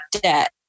debt